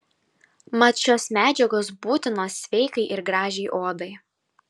mat šios medžiagos būtinos sveikai ir gražiai odai